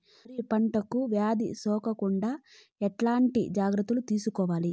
వరి పంటకు వ్యాధి సోకకుండా ఎట్లాంటి జాగ్రత్తలు తీసుకోవాలి?